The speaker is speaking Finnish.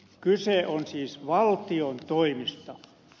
kyse on siis valtion toimista